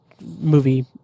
movie